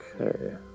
okay